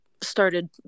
started